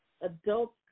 adults